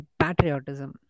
patriotism